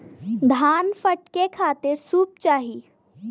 धान फटके खातिर सूप चाही